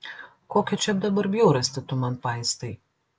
kokią čia dabar bjaurastį tu man paistai